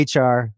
HR